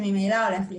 מה שממילא הולך לקרות,